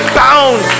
bound